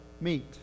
meet